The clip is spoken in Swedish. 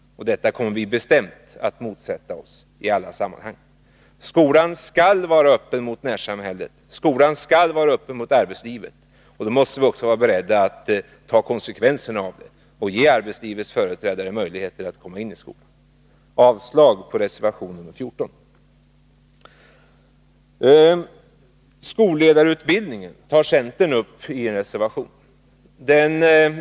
Men den kommer vi bestämt att motsätta oss i alla sammanhang. Skolan skall vara öppen mot närsamhället och mot arbetslivet. Då måste vi också vara beredda att ta konsekvenserna härav och ge arbetslivets företrädare möjligheter att komma in i skolan. Jag yrkar därför avslag på reservation nr 14. Skolledarutbildningen tar centern upp i en reservation.